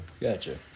Gotcha